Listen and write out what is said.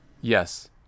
Yes